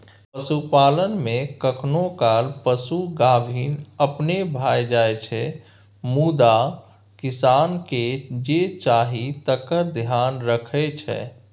पशुपालन मे कखनो काल पशु गाभिन अपने भए जाइ छै मुदा किसानकेँ जे चाही तकर धेआन रखै छै